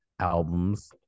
albums